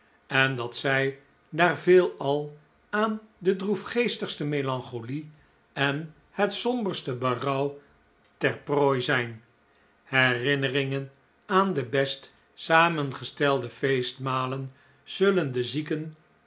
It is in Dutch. en dat zij daar veelal aan de droefgeestigste melancholie en het somberste berouw ter prooi zijn herinneringen aan de best samengestelde feestmalen zullen den zieken